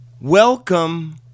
welcome